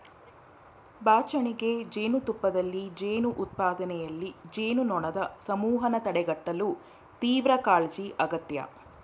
ಬಾಚಣಿಗೆ ಜೇನುತುಪ್ಪದಲ್ಲಿ ಜೇನು ಉತ್ಪಾದನೆಯಲ್ಲಿ, ಜೇನುನೊಣದ್ ಸಮೂಹನ ತಡೆಗಟ್ಟಲು ತೀವ್ರಕಾಳಜಿ ಅಗತ್ಯ